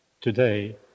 today